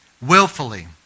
willfully